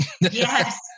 Yes